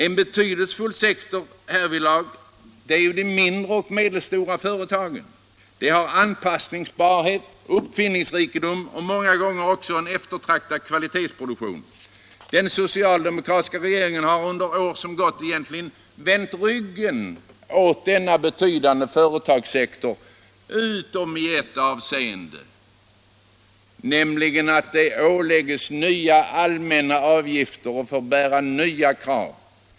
En betydelsefull sektor härvidlag är de mindre och medelstora företagen. De har anpassningsbarhet, uppfinningsrikedom och många gånger också en eftertraktad kvalitetsproduktion. Den socialdemokratiska regeringen har under de år som gått egentligen vänt ryggen åt denna betydande företagssektor utom i ett avseende: den har ålagts den'nya allmänna avgiften och det har ställts nya krav.